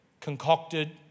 concocted